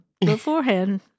beforehand